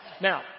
Now